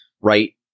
right